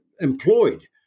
employed